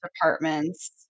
departments